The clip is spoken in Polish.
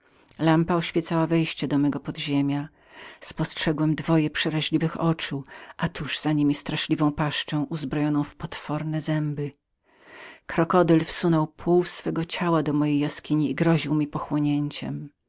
lampa oświecała wejście do mego podziemia spostrzegłem dwoje przeraźliwych oczu i tuż za niemi straszliwą paszczę uzbrojoną potwornemi zębami krokodyl wsunął pół swego ciała do mojej jaskini i groził mi pochłonięciem